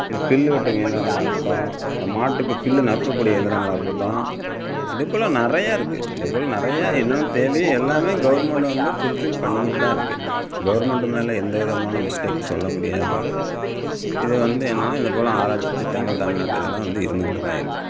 இந்த புல்லு வெட்டும் இயந்திரங்களாக இருக்கட்டும் இந்த மாட்டுக்கு புல்லு நறுக்ககூடிய இயந்திரங்களாக இருக்கட்டும் இது போல் நிறைய இருக்குது இது போல் நிறைய இன்னும் தேதி எல்லாமே கவர்மெண்ட்டு வந்து ஃபுல்ஃபில் பண்ணிக்கிட்டு தான் இருக்குது கவர்மெண்ட்டு மேலே எந்த விதமான மிஸ்டேக் சொல்ல முடியாது இது வந்து என்னால் இது போல் ஆராய்ச்சி திட்டங்கள் தமிழ்நாட்டில் இதெல்லாம் வந்து இருந்துகிட்டு தான் இருக்குது